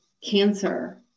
cancer